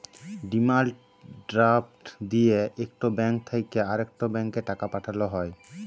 demand draft দিঁয়ে ইকট bank থ্যাইকে আরেকট ব্যাংকে টাকা পাঠাল হ্যয়